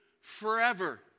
forever